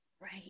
Right